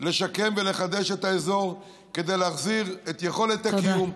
לשקם ולחדש את האזור כדי להחזיר את יכולת הקיום,